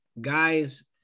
guys